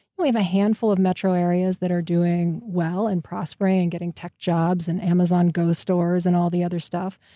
we have a handful of metro areas that are doing well, and prospering, and getting tech jobs, and amazon go stores, and all the other stuff.